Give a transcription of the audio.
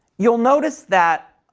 you'll notice that,